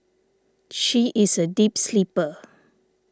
she is a deep sleeper